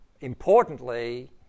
Importantly